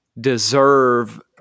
deserve